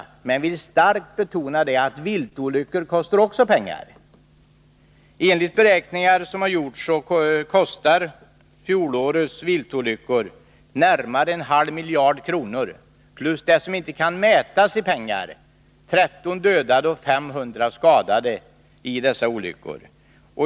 Men jag vill starkt betona att viltolyckor också kostar pengar. Enligt beräkningar som gjorts kostade fjolårets viltolyckor närmare en halv miljard kronor, plus det som inte kan mätas i pengar: 13 dödade och 500 skadade i dessa olyckor.